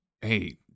Hey